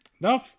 No